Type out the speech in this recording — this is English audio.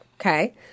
Okay